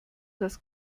das